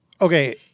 Okay